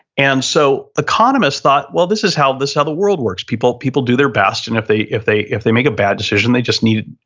and so economists thought, this is how this other world works. people, people do their best and if they, if they, if they make a bad decision, they just needed,